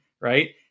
Right